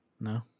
No